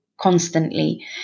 constantly